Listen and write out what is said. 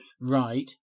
Right